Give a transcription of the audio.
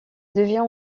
devient